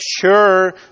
sure